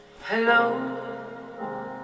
Hello